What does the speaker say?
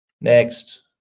next